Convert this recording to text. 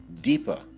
deeper